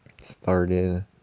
started